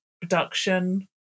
production